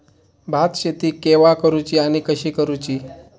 भात शेती केवा करूची आणि कशी करुची?